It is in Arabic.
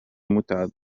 متعب